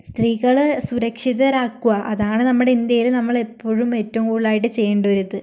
സ്ത്രീകളെ സുരക്ഷിതരാക്കുക അതാണ് നമ്മുടെ ഇന്ത്യയില് നമ്മൾ എപ്പോഴും ഏറ്റവും കൂടുതലായിട്ട് ചെയ്യേണ്ട ഒരിത്